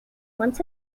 once